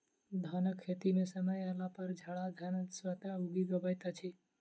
धानक खेत मे समय अयलापर झड़धान स्वतः उगि अबैत अछि